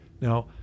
Now